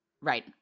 Right